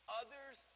others